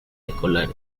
escolares